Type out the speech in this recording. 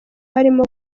harimo